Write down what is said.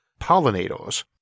pollinators